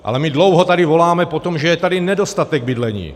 Ale my dlouho tady voláme po tom, že je tady nedostatek bydlení.